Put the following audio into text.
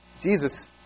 Jesus